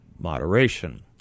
Moderation